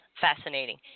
fascinating